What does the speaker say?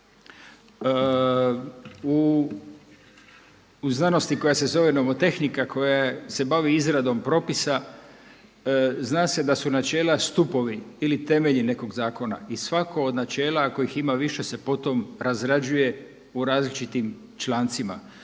U znanosti koja se zove nomotehnika koja se bavi izradom propisa zna se da su načela stupovi ili temelji nekog zakona. I svako od načela ako ih ima više se potom razrađuje u različitim člancima.